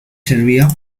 servía